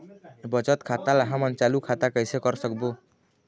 बचत खाता ला हमन चालू खाता कइसे कर सकबो?